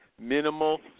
minimal